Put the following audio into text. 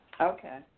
Okay